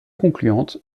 concluante